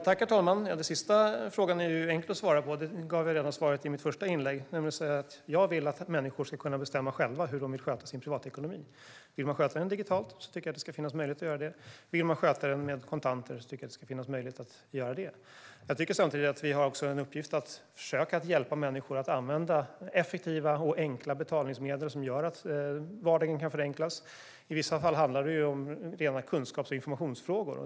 Herr talman! Den sista frågan är enkel att svara på - jag gav svaret redan i mitt första inlägg. Jag vill att människor ska kunna bestämma själva hur de vill sköta sin privatekonomi. Vill man sköta den digitalt tycker jag att det ska finnas möjlighet att göra det. Vill man sköta den med kontanter tycker jag att det ska finnas möjlighet att göra det. Jag tycker samtidigt att vi har en uppgift att försöka hjälpa människor att använda effektiva och enkla betalningsmedel som gör att vardagen kan förenklas. I vissa fall handlar det om rena kunskaps och informationsfrågor.